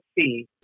see